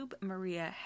Maria